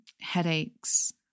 headaches